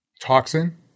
toxin